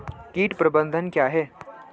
कीट प्रबंधन क्या है?